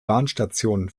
bahnstation